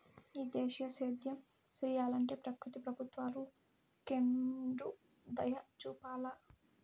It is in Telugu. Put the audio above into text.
ఈ దేశీయ సేద్యం సెయ్యలంటే ప్రకృతి ప్రభుత్వాలు కెండుదయచూపాల